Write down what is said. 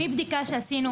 מבדיקה שעשינו,